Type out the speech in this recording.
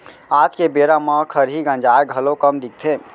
आज के बेरा म खरही गंजाय घलौ कम दिखथे